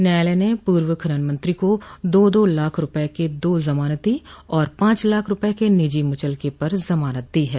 न्यायालय ने पूर्व खनन मंत्री को दो दो लाख रूपये के दो जमानती और पांच लाख रूपये के निजी मुचलके पर जमानत दी है